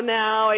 now